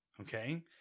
okay